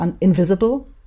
invisible